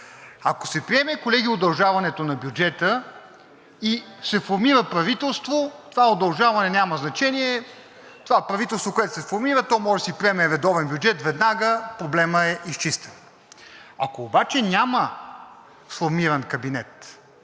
Ако се приеме, колеги, удължаването на бюджета и се формира правителство, това удължаване няма значение. Това правителство, което се формира, може да си приеме редовен бюджет веднага, проблемът е изчистен. Ако обаче няма формиран кабинет,